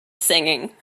singing